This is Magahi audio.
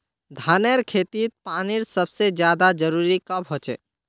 धानेर खेतीत पानीर सबसे ज्यादा जरुरी कब होचे?